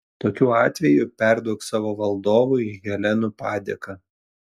tokiu atveju perduok savo valdovui helenų padėką